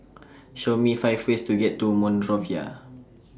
Show Me five ways to get to Monrovia